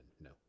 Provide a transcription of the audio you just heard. No